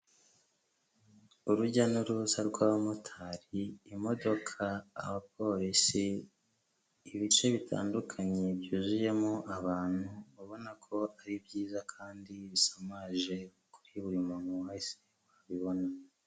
Urujya n'uruza rw'abamotari, imodoka, abapolisi, ibice bitandukanye byuzuyemo abantu babona ko ari byiza kandi bisamaje kuri buri muntu wese wabibona.